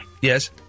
Yes